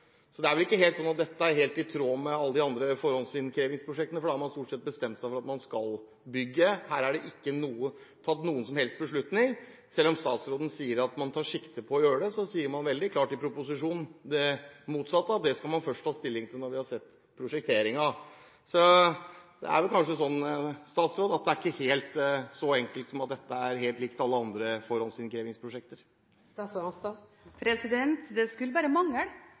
Så dette er vel ikke helt i tråd med alle de andre forhåndsinnkrevingsprosjektene, for da har man stor sett bestemt seg for at man skal bygge. Her er det ikke tatt noen som helst beslutning. Selv om statsråden sier at man tar sikte på å gjøre det, sier man i proposisjonen veldig klart det motsatte, at det skal man først ta stilling til når man har sett prosjekteringen. Så det er kanskje sånn at det ikke er så enkelt som at dette er helt likt alle andre forhåndsinnkrevingsprosjekter. Det skulle bare